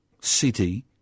city